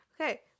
okay